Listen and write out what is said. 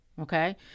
Okay